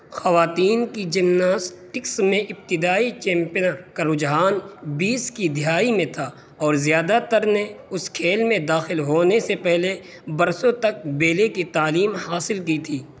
خواتین کی جمناسٹکس میں ابتدائی چیمپئنر کا رجحان بیس کی دہائی میں تھا اور زیادہ تر نے اس کھیل میں داخل ہونے سے پہلے برسوں تک بیلے کی تعلیم حاصل کی تھی